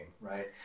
right